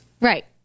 Right